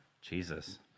Jesus